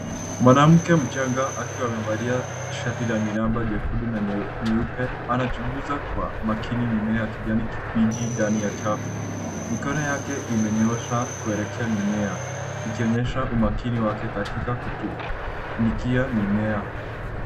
Mwanamke mchanga akiwa amevalia shati la miraba jekundu na nyeupe anachunguza kwa makini mimea ya kijani kibichi ndani ya chafu. Mikono yake imenyooshwa kuelekea mimea, ikionyesha umakini wake katika kutumikia mimea.